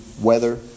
weather